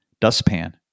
dustpan